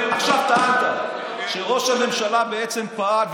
עכשיו טענת שראש הממשלה בעצם פעל,